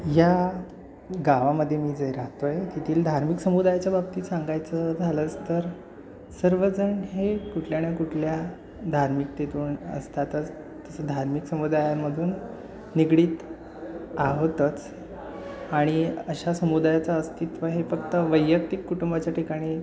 या गावामध्ये मी जे राहतो आहे तेथील धार्मिक समुदायाच्या बाबतीत सांगायचं झालंच तर सर्वजण हे कुठल्या ना कुठल्या धार्मिकतेतून असतातच तसं धार्मिक समुदायामधून निगडीत आहोतच आणि अशा समुदायाचं अस्तित्व हे फक्त वैयक्तिक कुटुंबाच्या ठिकाणी